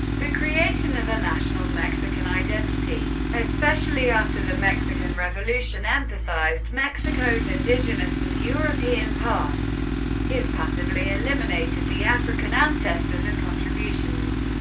the creation of a national mexican identity, especially after the mexican revolution, emphasized mexico's indigenous and european past it passively eliminated the african ancestors and contributions.